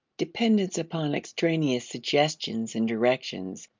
dependence upon extraneous suggestions and directions,